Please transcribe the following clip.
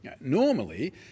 Normally